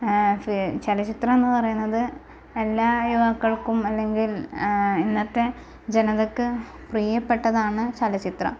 ചലച്ചിത്രം എന്ന് പറയുന്നത് എല്ലാ യുവാക്കൾക്കും അല്ലെങ്കിൽ ഇന്നത്തെ ജനങ്ങൾക്ക് പ്രിയപ്പെട്ടതാണ് ചലച്ചിത്രം